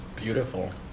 Beautiful